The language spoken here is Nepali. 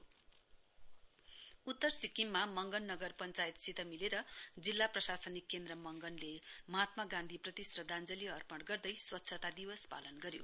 गान्धी जयन्ती नर्थ उत्तर सिक्किममा मगन नगर पश्चायतसित मिलेर जिल्ला प्रशासनकि केन्द्र मगनले महात्मा गान्धीप्रति श्रद्धाञ्जली अर्पण गर्दै स्वच्छता दिवस पालन गर्यो